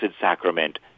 sacrament